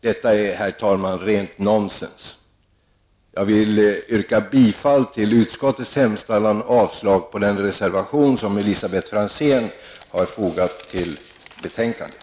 Detta är, herr talman, rent nonsens. Jag vill yrka bifall till utskottets hemställan och avslag på reservationen som Elisabet Franzén har fogat till betänkandet.